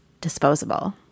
disposable